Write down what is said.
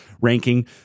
ranking